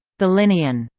the linnean.